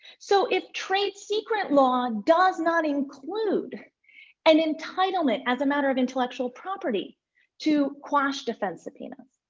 so, if trade secret law does not include an entitlement as a matter of intellectual property to quash defense subpoenas,